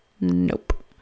Nope